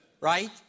right